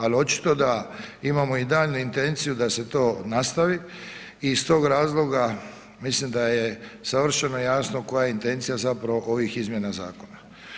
Ali očito da imamo i daljnju intenciju da se to nastavi i s tog razloga mislim da je savršeno jasno koja je intencija, zapravo ovih izmjena zakona.